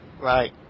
Right